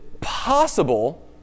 possible